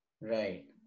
Right